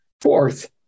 Fourth